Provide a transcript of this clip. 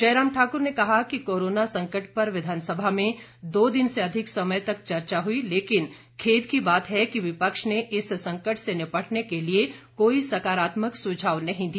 जयराम ठाकुर ने कहा कि कोरोना संकट पर विधानसभा में दो दिन से अधिक समय तक चर्चा हुई लेकिन खेद की बात है कि विपक्ष ने इस संकट से निपटने के लिए कोई सकारात्मक सुझाव नहीं दिया